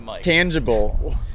tangible